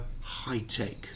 high-tech